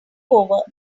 over